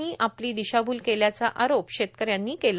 नी आपली दिशाभूल केल्याचा आरोप शेतकऱ्यांनी केला